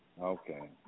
Okay